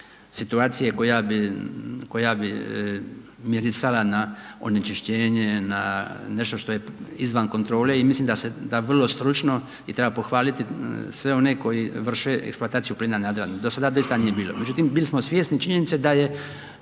situacije koja bi mirisala na onečišćenje, na nešto što je izvan kontrole. I mislim da vrlo stručno i treba pohvaliti sve one koji vrše eksploataciju plina na Jadranu, do sada doista nije bilo. Međutim, bili smo svjesni činjenice da je